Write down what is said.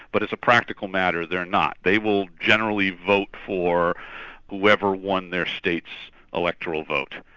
but as a practical matter they're not. they will generally vote for whoever won their state's electoral vote,